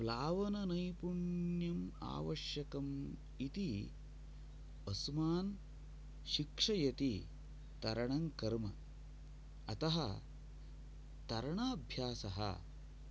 प्लावननैपुण्यम् आवश्यकम् इति अस्मान् शिक्षयति तरणं कर्म अतः तरणाभ्यासः